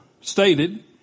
stated